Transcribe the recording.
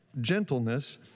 gentleness